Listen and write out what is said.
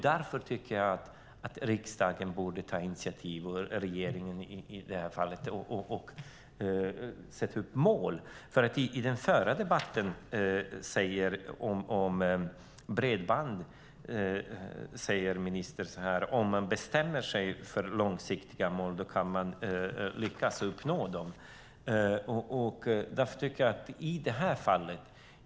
Därför borde riksdagen och i det här fallet regeringen ta initiativ och sätta upp mål. I den förra debatten om bredband sade ministern: Om man bestämmer sig för långsiktiga mål kan man lyckas med att uppnå dem.